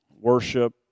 Worship